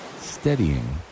steadying